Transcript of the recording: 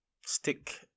Stick